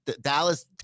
dallas